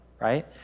right